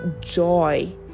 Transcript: joy